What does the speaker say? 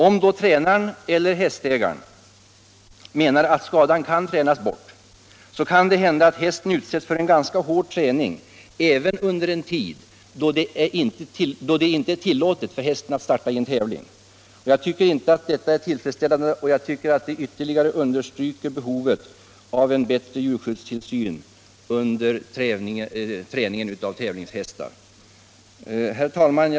Om då tränaren eller hästägaren menar att skadan kan tränas bort, så kan det hända att hästen utsätts för ganska hård träning även under en tid då det inte är tillåtet för hästen att starta i tävling. Jag tycker inte att detta är tillfredsställande, och jag anser att det ytterligare understryker behovet av en bättre djurskyddstillsyn under träning av tävlingshästar. Herr talman!